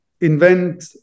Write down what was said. invent